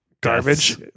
Garbage